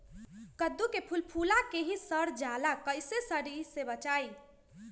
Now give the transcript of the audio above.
कददु के फूल फुला के ही सर जाला कइसे सरी से बचाई?